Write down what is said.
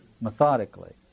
methodically